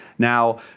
Now